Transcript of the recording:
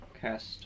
cast